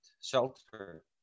shelter